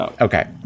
Okay